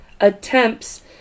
attempts